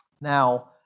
Now